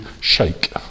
shake